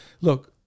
Look